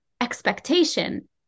expectation